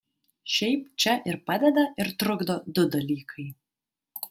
šiaip čia ir padeda ir trukdo du dalykai